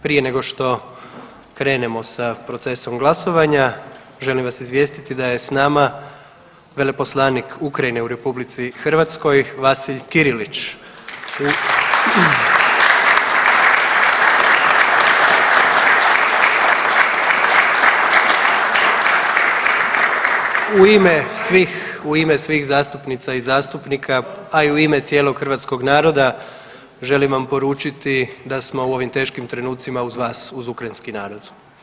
Prije nego što krenemo sa procesom glasovanja, želim vas izvijestiti da je s nama veleposlanik Ukrajine u RH, Vasilj Kirilić. U ime svih zastupnika i zastupnika, a i u ime cijelog hrvatskog naroda želim vam poručiti da smo u ovim teškim trenucima uz vas, uz ukrajinski narod.